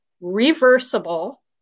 reversible